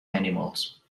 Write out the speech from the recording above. animals